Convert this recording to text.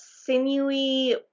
sinewy